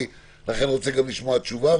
לכן אני רוצה לשמוע תשובה,